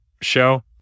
show